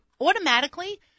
automatically